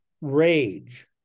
rage